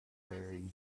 barry